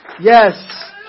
Yes